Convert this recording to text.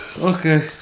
Okay